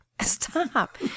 Stop